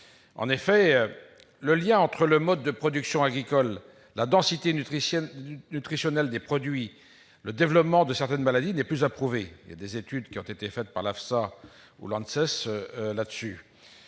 En effet, le lien entre le mode de production agricole, la densité nutritionnelle des produits et le développement de certaines maladies n'est plus à prouver. Des études ont été réalisées par l'AFSSA et l'ANSES à ce sujet.